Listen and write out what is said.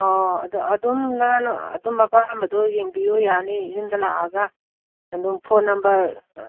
ꯑꯣ ꯑꯗꯣ ꯑꯗꯨꯝ ꯅꯪꯅ ꯑꯗꯨꯝ ꯑꯄꯥꯝꯕꯗꯣ ꯌꯦꯡꯕꯤꯌꯣ ꯌꯥꯅꯤ ꯌꯨꯝꯗ ꯂꯥꯛꯑꯒ ꯑꯗꯨꯝ ꯐꯣꯟ ꯅꯝꯕꯔ